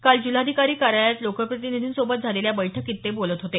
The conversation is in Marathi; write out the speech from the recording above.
काल जिल्हाधिकारी कार्यालयात लोकप्रतिनिधींसोबत झालेल्या बैठकीत ते बोलत होते